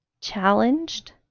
challenged